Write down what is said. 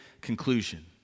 conclusion